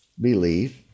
believe